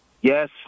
yes